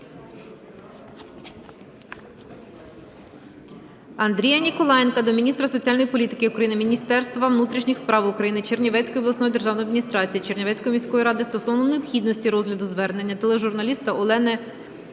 Андрія Ніколаєнка до міністра соціальної політики України, Міністерства внутрішніх справ України, Чернівецької обласної державної адміністрації, Чернівецької міської ради стосовно необхідності розгляду звернення тележурналіста Олени Цинтили